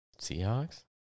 Seahawks